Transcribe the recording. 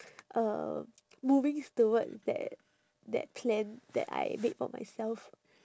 uh moving towards that that plan that I made for myself